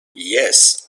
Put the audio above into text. yes